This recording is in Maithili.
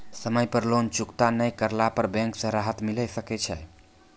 समय पर लोन चुकता नैय करला पर बैंक से राहत मिले सकय छै?